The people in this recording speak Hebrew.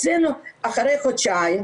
אצלנו אחרי חודשיים,